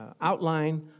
outline